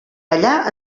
ballar